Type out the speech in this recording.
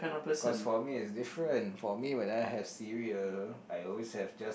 cause for me it's different for me when I have cereal I always have just